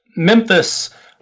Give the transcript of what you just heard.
Memphis